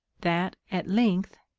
that, at length,